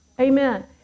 Amen